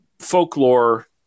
folklore